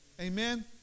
Amen